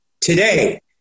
today